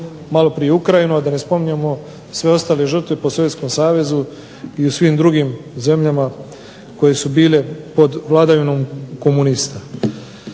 maloprije Ukrajinu, a da ne spominjemo sve ostale žrtve po Sovjetskom savezu i u svim drugim zemljama koje su bile pod vladavinom komunista.